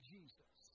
Jesus